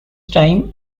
time